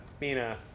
Mina